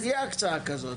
שתהיה הקצאה כזאת.